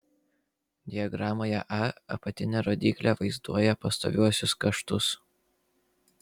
diagramoje a apatinė rodyklė vaizduoja pastoviuosius kaštus